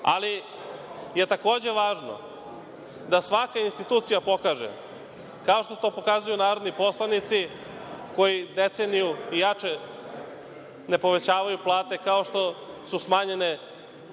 Ali, je takođe važno da svaka institucija pokaže, kao što to pokazuju narodni poslanici koji deceniju i jače ne povećavaju plate, kao što su smanjene plate